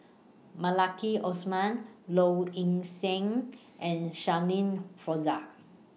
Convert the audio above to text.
Maliki Osman Low Ing Sing and Shirin Fozdar